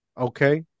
okay